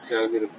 6 ஆக இருக்கும்